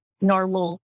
normal